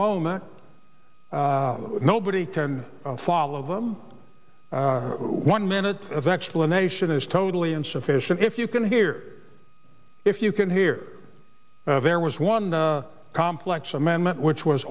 moment nobody can follow them one minute of explanation is totally insufficient if you can hear if you can hear there was one complex amendment which was